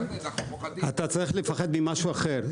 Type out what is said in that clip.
אתה צריך לפחד ממשהו אחר,